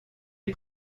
est